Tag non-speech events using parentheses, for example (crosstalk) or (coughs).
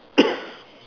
(coughs)